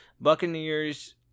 Buccaneers